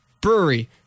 brewery